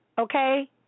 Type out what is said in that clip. okay